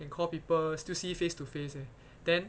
and call people still see face to face leh then